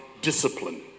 discipline